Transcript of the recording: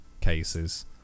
cases